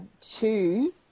two